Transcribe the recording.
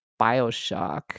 Bioshock